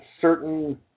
certain